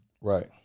Right